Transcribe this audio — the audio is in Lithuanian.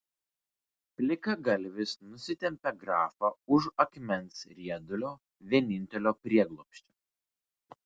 plikagalvis nusitempė grafą už akmens riedulio vienintelio prieglobsčio